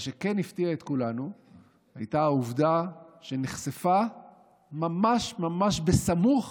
מה שכן הפתיע את כולנו היה העובדה שנחשפה ממש ממש סמוך